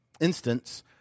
instance